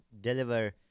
deliver